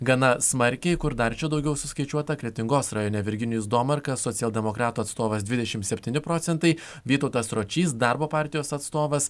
gana smarkiai kur dar čia daugiau suskaičiuota kretingos rajone virginijus domarkas socialdemokratų atstovas dvidešimt septyni procentai vytautas ročys darbo partijos atstovas